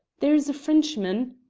there's a frenchman